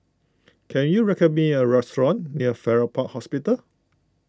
can you recommend me a restaurant near Farrer Park Hospital